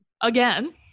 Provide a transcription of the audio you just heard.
again